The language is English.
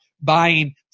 buying